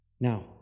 Now